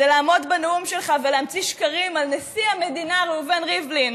זה לעמוד בנאום שלך ולהמציא שקרים על נשיא המדינה ראובן ריבלין